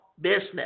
business